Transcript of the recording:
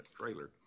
trailer